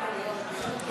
לפרוטוקול נוסיף את הרצוג,